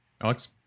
Alex